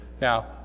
Now